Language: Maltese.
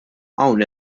hawn